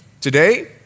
Today